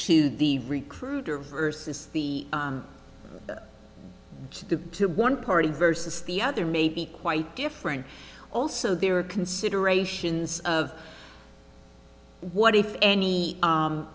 to the recruiter versus the stupid one party versus the other may be quite different also there are considerations of what if any